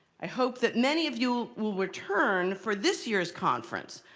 i hope that many of you will return for this year's conference,